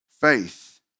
faith